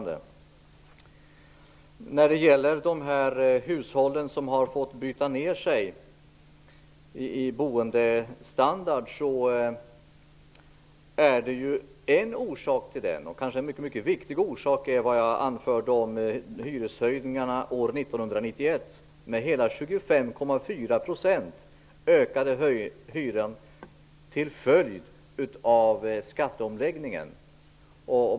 När det gäller de hushåll som har fått byta ner sig i fråga om boendestandarden kan jag säga att en mycket viktig orsak nog är vad jag anförde om hyreshöjningarna år 1991. Med hela 25,4 % ökade hyran till följd av skatteomläggningen.